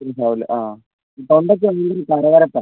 ശരിയാകും അല്ലേ അ തൊണ്ടയ്ക്ക് എന്തോ ഒരു കരകരപ്പാണ്